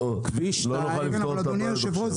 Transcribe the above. לא נוכל לפתור את הבעיה עכשיו.